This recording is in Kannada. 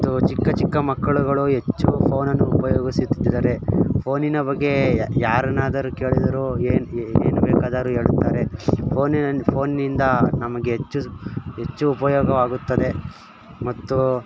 ಮತ್ತು ಚಿಕ್ಕ ಚಿಕ್ಕ ಮಕ್ಕಳುಗಳು ಹೆಚ್ಚು ಫೋನನ್ನು ಉಪಯೋಗಿಸುತ್ತಿದ್ದಾರೆ ಫೋನಿನ ಬಗ್ಗೆ ಯಾರನ್ನಾದರೂ ಕೇಳಿದರೂ ಏನು ಏನು ಬೇಕಾದರೂ ಹೇಳುತ್ತಾರೆ ಫೋನಿನ ಫೋನಿನಿಂದ ನಮಗೆ ಹೆಚ್ಚು ಹೆಚ್ಚು ಉಪಯೋಗವಾಗುತ್ತದೆ ಮತ್ತು